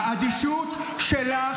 האדישות שלך,